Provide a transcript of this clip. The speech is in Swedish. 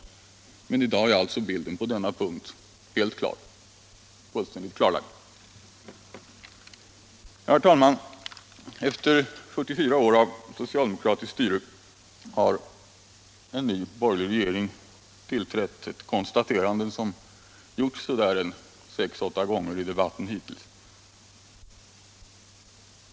Men i dag är alltså bilden på denna punkt helt klarlagd. Herr talman! Efter 44 år av socialdemokratiskt styre har en ny regering tillträtt — ett konstaterande som gjorts så där en 6-8 gånger i debatten hittills.